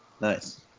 Nice